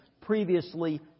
previously